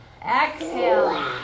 Exhale